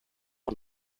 und